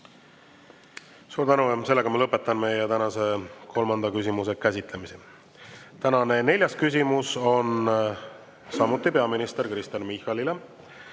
Suur tänu! Ma lõpetan tänase kolmanda küsimuse käsitlemise. Tänane neljas küsimus on samuti peaminister Kristen Michalile.